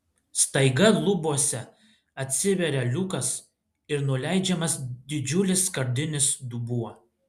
staiga lubose atsiveria liukas ir nuleidžiamas didžiulis skardinis dubuo